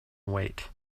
wait